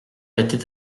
était